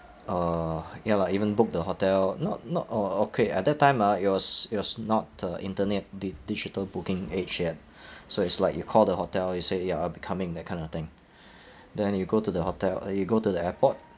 uh ya lah even book the hotel not not oh okay at that time ah it was it was not uh internet di~ digital booking age yet so it's like you call the hotel you say ya I'll be coming that kind of thing then you go to the hotel uh you go to the airport